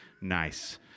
nice